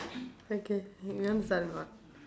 okay you want to start or not